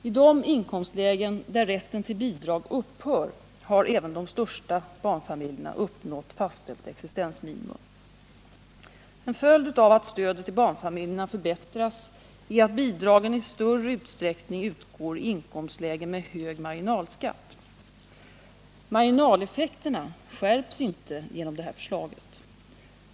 I de inkomstlägen där rätten till bidrag upphör har även de största familjerna uppnått fastställt existensminimum. En följd av att stödet till barnfamiljerna förbättras är att bidragen i större utsträckning utgår i inkomstlägen med hög marginalskatt. Marginaleffekterna skärps inte genom detta förslag.